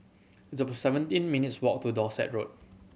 it's seventeen minutes' walk to Dorset Road